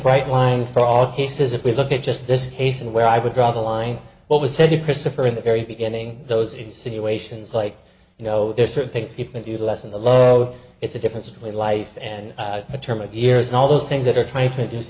bright line for all cases if we look at just this case and where i would draw the line what was said to christopher in the very beginning those insinuations like you know there's certain things people do to lessen the low it's a difference between life and a term of years and all those things that are trying to